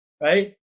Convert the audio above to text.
right